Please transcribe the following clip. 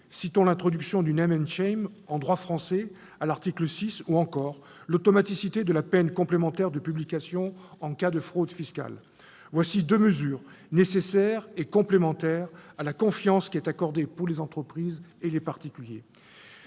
6, l'introduction du en droit français ou encore l'automaticité de la peine complémentaire de publication en cas de fraude fiscale. Voilà deux mesures nécessaires et complémentaires à la confiance qui est accordée aux entreprises et aux particuliers.